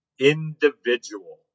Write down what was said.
individual